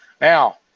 Now